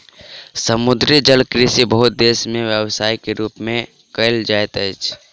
समुद्री जलकृषि बहुत देस में व्यवसाय के रूप में कयल जाइत अछि